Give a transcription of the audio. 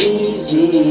easy